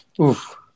Oof